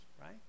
right